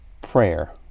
prayer